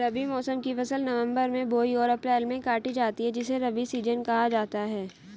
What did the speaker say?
रबी मौसम की फसल नवंबर में बोई और अप्रैल में काटी जाती है जिसे रबी सीजन कहा जाता है